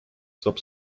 saab